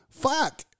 fuck